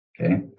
Okay